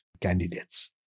candidates